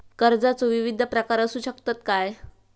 कर्जाचो विविध प्रकार असु शकतत काय?